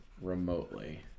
remotely